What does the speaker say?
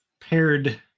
paired